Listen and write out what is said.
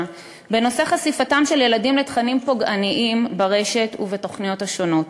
בנושא חשיפתם של ילדים לתכנים פוגעניים ברשת ובתוכניות השונות,